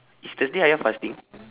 is thursday ayah fasting